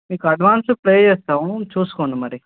మీకు advance pay చేస్తాము చూసుకోండి మరి